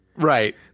Right